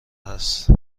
هست